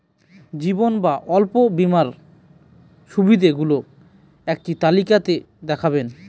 জীবন বা অন্ন বীমার সুবিধে গুলো একটি তালিকা তে দেখাবেন?